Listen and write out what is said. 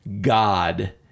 God